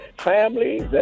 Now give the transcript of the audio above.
families